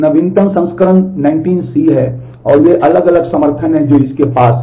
नवीनतम संस्करण 19 C है और ये अलग अलग समर्थन हैं जो इसके पास हैं